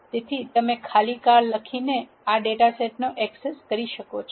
તેથી તમે ખાલી કાર લખીને આ ડેટા સેટ ને એક્સેસ કરી શકો છો